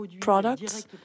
products